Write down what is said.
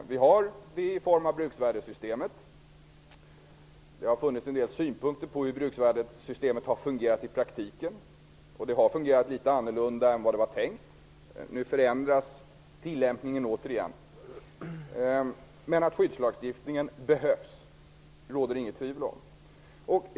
Vi har det i form av bruksvärdessystemet. Det har funnits en del synpunkter på hur bruksvärdessystemet har fungerat i praktiken. Det har fungerat litet annorlunda än vad det var tänkt. Nu förändras tillämpningen återigen. Men det råder inget tvivel om att skyddslagstiftningen behövs.